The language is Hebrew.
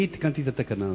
אני תיקנתי את התקנה הזאת,